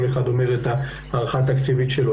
כל אחד אומד את הערכה התקציבית שלו.